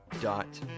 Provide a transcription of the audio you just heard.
dot